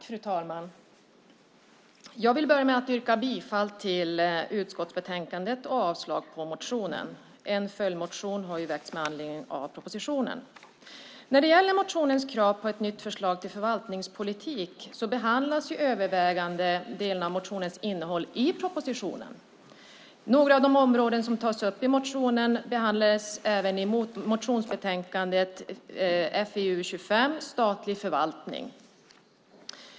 Fru talman! Jag vill börja med att yrka bifall till förslaget i utskottsbetänkandet och avslag på motionen. En följdmotion har ju väckts med anledning av propositionen. När det gäller motionens krav på ett nytt förslag till förvaltningspolitik behandlas övervägande delen av motionens innehåll i propositionen. Några av de områden som tas upp i motionen behandlades även i motionsbetänkandet 2009/10:FiU25 Statlig förvaltning .